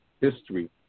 history